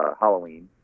Halloween